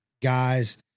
guys